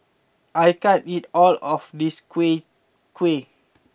I can't eat all of this Kuih Kuih